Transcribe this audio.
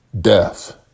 death